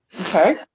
Okay